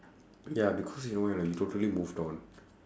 ya because you know why or not you totally moved on